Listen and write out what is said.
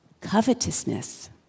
covetousness